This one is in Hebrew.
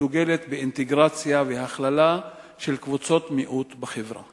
הדוגלת באינטגרציה והכללה של קבוצות מיעוט בחברה?